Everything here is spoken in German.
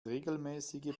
regelmäßige